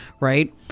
right